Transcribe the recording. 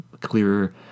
clearer